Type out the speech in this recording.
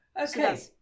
Okay